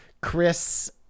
Chris